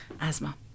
Asthma